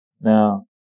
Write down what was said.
Now